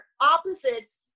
opposites